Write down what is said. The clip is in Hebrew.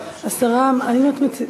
השרה, האם את מציעה,